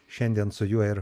šiandien su juo ir